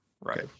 right